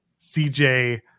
CJ